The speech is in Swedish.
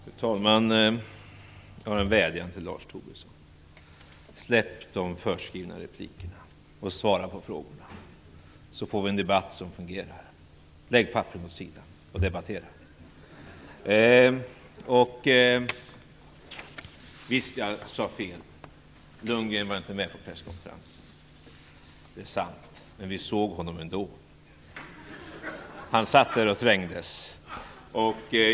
Fru talman! Jag har en vädjan till Lars Tobisson: Släpp de förskrivna replikerna och svara på frågorna, så får vi en debatt som fungerar. Lägg papperen åt sidan och debattera. Visst sade jag fel, Lundgren var inte med på presskonferensen. Men vi såg honom ändå. Han satt där och trängdes.